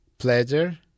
Pleasure